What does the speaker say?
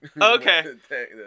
Okay